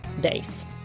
days